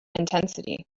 intensity